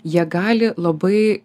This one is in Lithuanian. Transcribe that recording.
jie gali labai